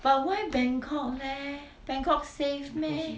but why bangkok leh bangkok safe meh